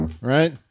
Right